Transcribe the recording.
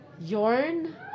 Yarn